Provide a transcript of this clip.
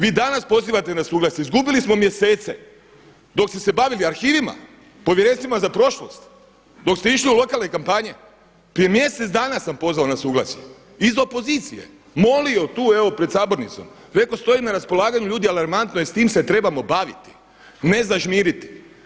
Vi danas pozivate na suglasje, izgubili ste mjesece, dok ste se bavili arhivima, povjerenstvima za prošlost, dok ste išli u lokalne kampanje, prije mjesec dana sam pozvao na suglasje iz opozicije, molio tu evo pred sabornicom, reko stojim na raspolaganju ljudi alarmantno je s tim se trebamo baviti, ne zažmiriti.